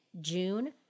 June